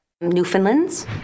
Newfoundlands